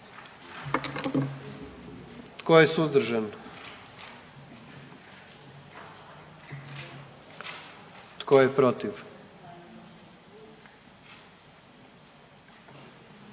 Tko je suzdržan? I tko je protiv?